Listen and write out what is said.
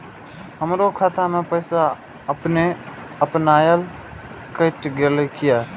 हमरो खाता से पैसा अपने अपनायल केट गेल किया?